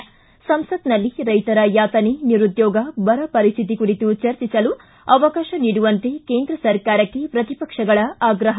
ಿ ಸಂಸತ್ನಲ್ಲಿ ರೈತರ ಯಾತನೆ ನಿರುದ್ಯೋಗ ಬರಪರಿಸ್ಥಿತಿ ಕುರಿತು ಚರ್ಚಿಸಲು ಅವಕಾಶ ನೀಡುವಂತೆ ಕೇಂದ್ರ ಸರ್ಕಾರಕ್ಕೆ ಪ್ರತಿಪಕ್ಷಗಳ ಆಗ್ರಹ